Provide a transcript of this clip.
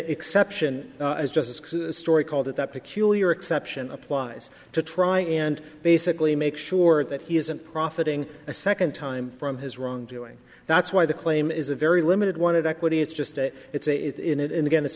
exception is just a story called that that peculiar exception applies to try and basically make sure that he isn't profiting a second time from his wrongdoing that's why the claim is a very limited wanted equity it's just that it's in it and again it's